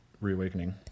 reawakening